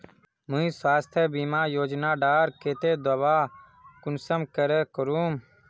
मुई स्वास्थ्य बीमा योजना डार केते दावा कुंसम करे करूम?